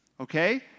okay